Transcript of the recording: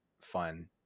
fun